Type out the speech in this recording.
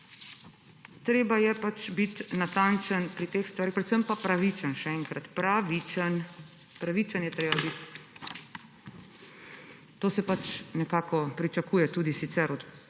treba je pač biti natančen pri teh stvareh, predvsem pa pravičen. Še enkrat, pravičen. Pravičen je treba biti. To se pričakuje tudi sicer od